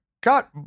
got